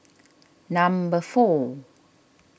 number four